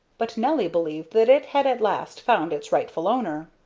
but nelly believed that it had at last found its rightful owner.